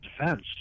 defense